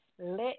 Let